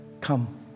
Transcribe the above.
Come